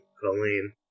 Colleen